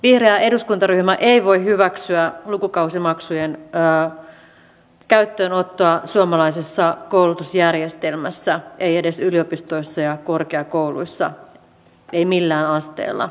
vihreä eduskuntaryhmä ei voi hyväksyä lukukausimaksujen käyttöönottoa suomalaisessa koulutusjärjestelmässä ei edes yliopistoissa ja korkeakouluissa ei millään asteella